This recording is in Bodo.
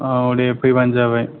औ दे फैबानो जाबाय